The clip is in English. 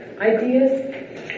ideas